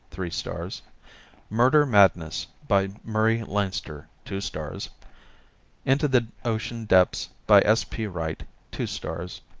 three stars murder madness, by murray leinster, two stars into the ocean depths, by s. p. wright, two stars,